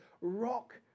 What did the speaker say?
rock